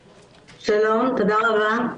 שלום, תודה רבה.